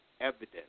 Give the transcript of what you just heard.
evidence